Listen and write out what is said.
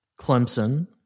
Clemson